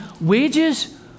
wages